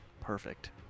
Perfect